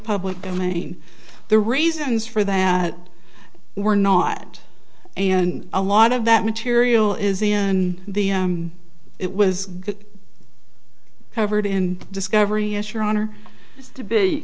public domain the reasons for that were not and a lot of that material is in the it was good covered in discovery is your honor to be